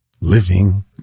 living